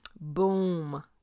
boom